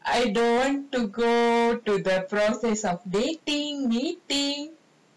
I don't want to go to the practice of dating waiting